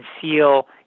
conceal